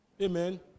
Amen